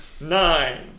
Nine